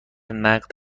نقد